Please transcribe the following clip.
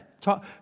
Talk